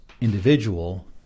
individual